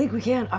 like we can i've